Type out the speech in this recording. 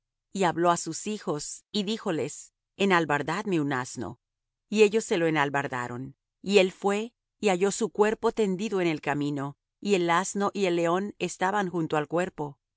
y habló á sus hijos y díjoles enalbardadme un asno y ellos se lo enalbardaron y él fué y halló su cuerpo tendido en el camino y el asno y el león estaban junto al cuerpo